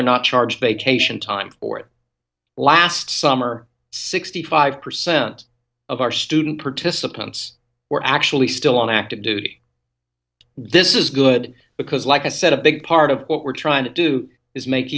they're not charged vacation time for it last summer sixty five percent of our student participants were actually still on active duty this is good because like i said a big part of what we're trying to do is make